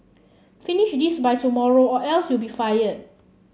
finish this by tomorrow or else you'll be fired